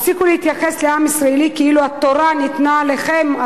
הפסיקו להתייחס לעם ישראל כאילו התורה ניתנה לכם,